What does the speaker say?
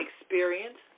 experience